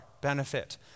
benefit